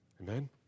Amen